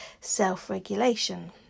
self-regulation